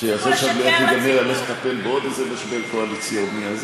תפסיקו להשלות את הציבור.